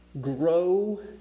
grow